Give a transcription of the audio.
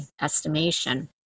estimation